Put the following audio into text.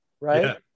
Right